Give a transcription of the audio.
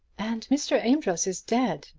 and mr. amedroz is dead!